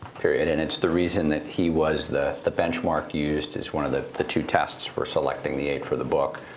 period. and it's the reason that he was the the benchmark used as one of the the two tests for selecting the eight for the book.